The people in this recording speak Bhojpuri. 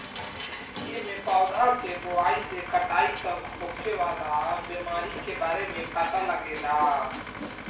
एमे पौधा के बोआई से कटाई तक होखे वाला बीमारी के बारे में पता लागेला